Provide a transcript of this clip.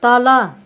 तल